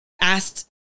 asked